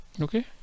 Okay